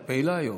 את פעילה היום.